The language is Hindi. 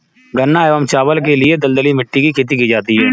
गन्ना एवं चावल के लिए दलदली मिट्टी में खेती की जाती है